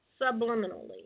subliminally